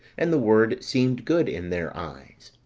and the word seemed good in their eyes.